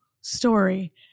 story